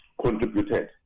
Contributed